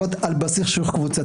ובהזדמנויות על בסיס קבוצתי.